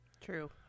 True